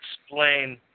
explain